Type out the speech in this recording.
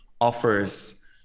offers